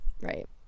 right